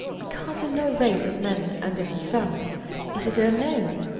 because in no race of men under the sun is it unknown,